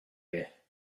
here